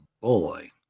boy